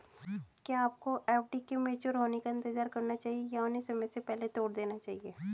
क्या आपको एफ.डी के मैच्योर होने का इंतज़ार करना चाहिए या उन्हें समय से पहले तोड़ देना चाहिए?